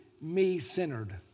me-centered